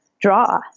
draw